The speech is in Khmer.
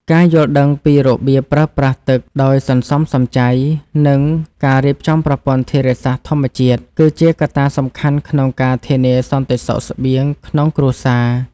ការយល់ដឹងពីរបៀបប្រើប្រាស់ទឹកដោយសន្សំសំចៃ និងការរៀបចំប្រព័ន្ធធារាសាស្ត្រធម្មជាតិ គឺជាកត្តាសំខាន់ក្នុងការធានាសន្តិសុខស្បៀងក្នុងគ្រួសារ។